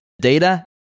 data